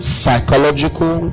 psychological